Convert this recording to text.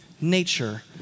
Nature